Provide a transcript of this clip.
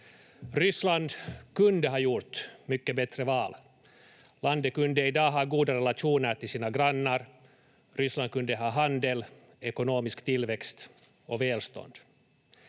Ryssland kunde ha gjort mycket bättre val. Landet kunde i dag ha goda relationer till sina grannar. Ryssland kunde ha handel, ekonomisk tillväxt och välstånd,